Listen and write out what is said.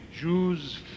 Jews